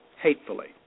hatefully